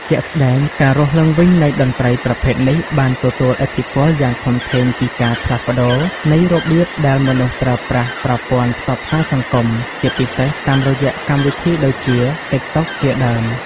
ជាក់ស្តែង ការរស់ឡើងវិញនៃតន្ត្រីប្រភេទនេះបានទទួលឥទ្ធិពលយ៉ាងធំធេងពីការផ្លាស់ប្តូរនៃរបៀបដែលមនុស្សប្រើប្រាស់ប្រព័ន្ធផ្សព្វផ្សាយសង្គម ជាពិសេសតាមរយៈកម្មវិធីដូចជា TikTok ជាដើម។